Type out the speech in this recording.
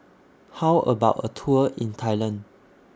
How about A Tour in Thailand